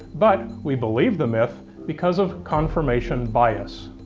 but we believe the myth because of confirmation bias.